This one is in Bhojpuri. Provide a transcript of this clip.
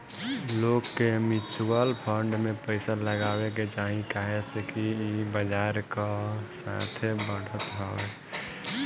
लोग के मिचुअल फंड में पइसा लगावे के चाही काहे से कि ई बजार कअ साथे बढ़त हवे